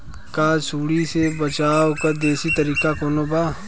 का सूंडी से बचाव क देशी तरीका कवनो बा?